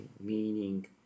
meaning